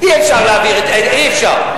אי-אפשר להעביר, אי-אפשר.